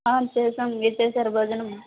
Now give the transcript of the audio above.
చేసాం మీరు చేసారా భోజనం